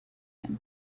him